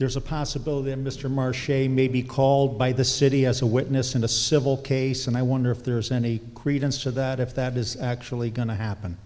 there's a possibility mr march may be called by the city as a witness in a civil case and i wonder if there's any credence to that if that is actually going to happen